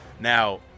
Now